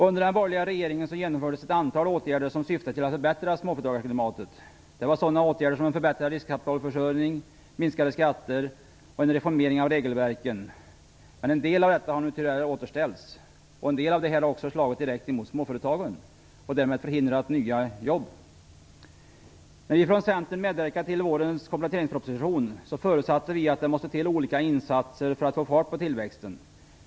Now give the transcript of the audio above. Under den borgerliga regeringen genomfördes en rad åtgärder som syftade till att förbättra småföretagarklimatet. Det var sådana åtgärder som förbättra riskkapitalförsörjning, minskade skatter och en reformering av regelverken. En del av detta har tyvärr återställts. En del av detta har också slagit mot småföretagen, och därmed förhindrat nya jobb. När vi från Centern medverkade till vårens kompletteringsproposition förutsatte vi att det måste till olika insatser för att få fart på tillväxten.